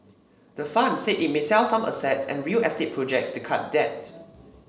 the fund said it may sell some assets and real estate projects to cut debt